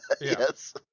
Yes